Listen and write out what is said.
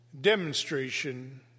demonstration